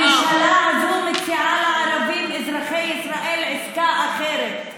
הממשלה הזו מציעה לערבים אזרחי ישראל עסקה אחרת: